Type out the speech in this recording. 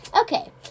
Okay